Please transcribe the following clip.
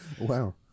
wow